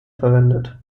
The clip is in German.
verwendet